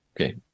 Okay